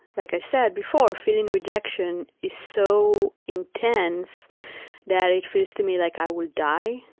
like i said before, feeling rejection is so intense that it feels to me like i will die,